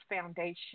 Foundation